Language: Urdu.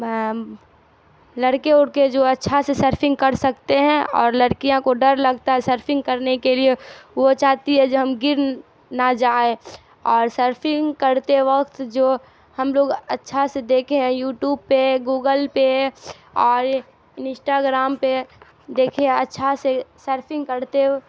لڑکے اڑکے جو اچھا سے سرفنگ کر سکتے ہیں اور لڑکیاں کو ڈر لگتا ہے سرفنگ کرنے کے لیے وہ چاہتی ہے جو ہم گر نہ جائے اور سرفنگ کرتے وقت جو ہم لوگ اچھا سے دیکھے ہیں یوٹوب پہ گوگل پہ اور انسٹاگرام پہ دیکھے اچھا سے سرفنگ کرتے